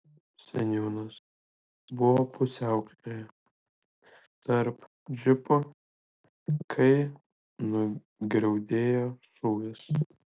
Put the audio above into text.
seniūnas buvo pusiaukelėje tarp džipų kai nugriaudėjo šūvis